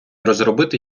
розробити